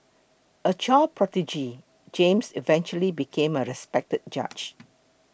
a child prodigy James eventually became a respected judge